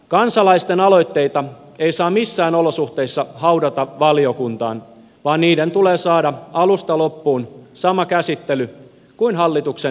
kansalaisten aloitteita ei saa missään olosuhteissa haudata valiokuntaan vaan niiden tulee saada alusta loppuun sama käsittely kuin hallituksen esitystenkin